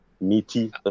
meaty